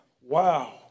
wow